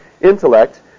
intellect